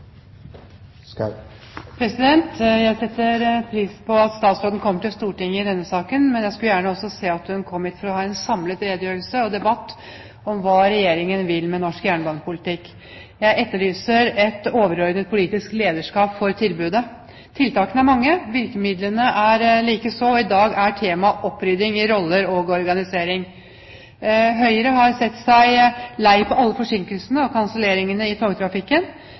Jeg setter pris på at statsråden kommer til Stortinget i denne saken, men jeg skulle gjerne sett at hun hadde kommet hit med en samlet redegjørelse for å ha en debatt om hva Regjeringen vil med norsk jernbanepolitikk. Jeg etterlyser et overordnet politisk lederskap for tilbudet. Tiltakene er mange, virkemidlene likeså, og i dag er temaet opprydding i roller og organisering. Høyre har sett seg lei på alle forsinkelsene og kanselleringene i togtrafikken.